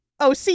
OC